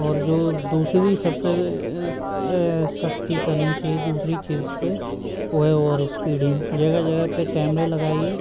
اور جو دوسری سب سے سختی کرنی چاہیے دوسری چیز پہ وہ ہے اوور اسپیڈنگ جگہ جگہ پہ کیمرے لگائیے